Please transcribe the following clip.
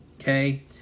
Okay